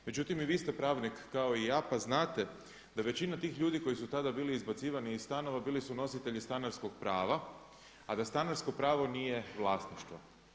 Međutim, i vi ste pravnik kao i ja pa znate da većina tih ljudi koji su tada bili izbacivani iz stanova bili su nositelji stanarskog prava, a da stanarsko pravo nije vlasništvo.